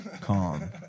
calm